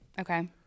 Okay